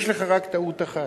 יש לך רק טעות אחת: